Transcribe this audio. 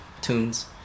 tunes